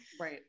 Right